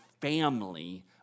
family